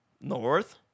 North